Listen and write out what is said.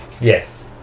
Yes